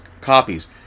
copies